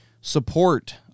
support